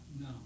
No